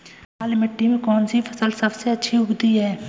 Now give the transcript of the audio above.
लाल मिट्टी में कौन सी फसल सबसे अच्छी उगती है?